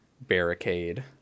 barricade